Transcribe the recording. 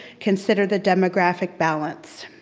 consider the demographic balance.